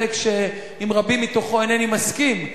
חלק שעם רבים מתוכו אינני מסכים,